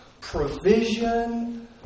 provision